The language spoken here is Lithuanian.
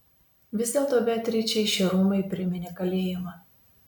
vis dėlto beatričei šie rūmai priminė kalėjimą